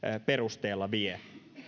perusteella vie